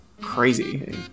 crazy